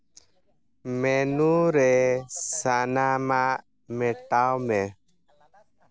menu ᱨᱮ ᱥᱟᱱᱟᱢᱟᱜ ᱢᱮᱴᱟᱣ ᱢᱮ